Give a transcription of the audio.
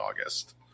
August